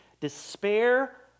despair